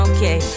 Okay